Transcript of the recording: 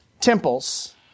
temples